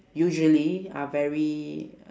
usually are very